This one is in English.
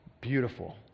beautiful